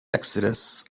exodus